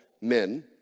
men